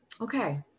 Okay